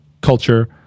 culture